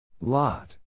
Lot